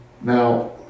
Now